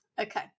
Okay